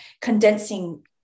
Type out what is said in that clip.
condensing